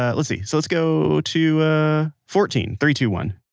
ah let's see. so, let's go to fourteen. three, two, one